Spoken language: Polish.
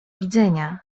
widzenia